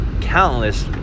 countless